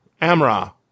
Amra